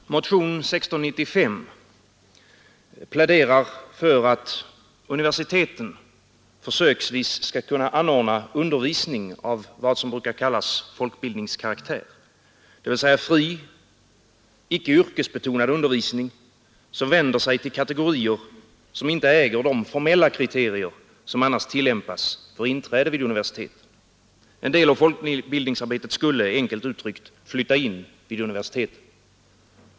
Herr talman! Motionen 1695 pläderar för att universiteten försöksvis skall kunna anordna undervisning av vad som brukar kallas folkbildningskaraktär, dvs. fri icke yrkesbetonad undervisning, som vänder sig till kategorier vilka inte äger de formella kriterier som annars krävs för inträde vid universiteten. En del av folkbildningsarbetet skulle, enkelt uttryckt, flytta in vid universiteten.